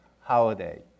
holiday